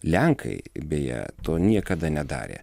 lenkai beje to niekada nedarė